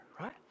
right